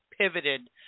pivoted